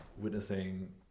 witnessing